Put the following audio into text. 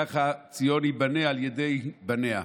כך ציון תיבנה על ידי בניה.